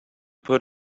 put